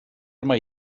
mai